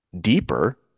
deeper